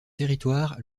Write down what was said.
territoire